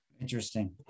Interesting